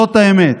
זאת האמת.